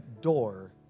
door